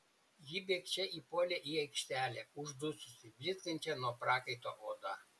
ji bėgčia įpuolė į aikštelę uždususi blizgančia nuo prakaito oda